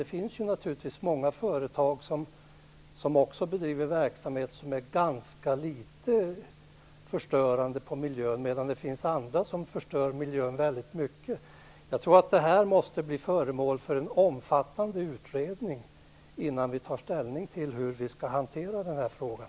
Det finns naturligtvis många företag som bedriver verksamhet som är ganska litet förstörande på miljön medan det finns andra som förstör miljön väldigt mycket. Jag tror att detta måste bli föremål för en omfattande utredning innan vi tar ställning till hur vi skall hantera den här frågan.